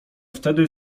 wtedy